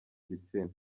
gitsina